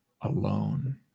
alone